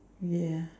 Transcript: ya